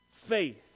faith